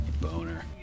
Boner